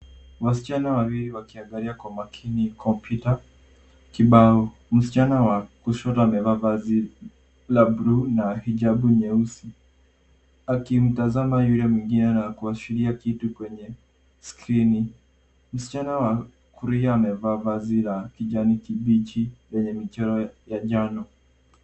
Wasichana wawili wakiangalia kwa makini kompyuta kibao, msichana wa kushoto amevaa vazi la blue ,na hijabu nyeusi. Akimtazama yule mwingine na kuashiria kitu kwenye skrini. Msichana wa kulia amevaa vazi la kijani kibichi lenye michoro ya njano.